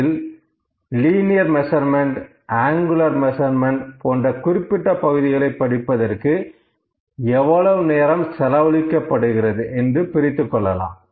அதில் linear measurement angular measurement போன்ற குறிப்பிட்ட பகுதிகளை படிப்பதற்கு எவ்வளவு நேரம் செலவழிக்கப்படுகிறது என்று பிரித்துக் கொள்ளலாம்